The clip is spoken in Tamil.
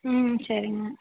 ம் சரிங்க